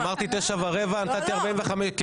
אמרתי תשע ורבע, ונתתי 45 דקות.